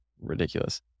ridiculous